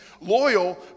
loyal